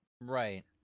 Right